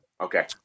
okay